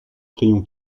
crayon